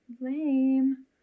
Lame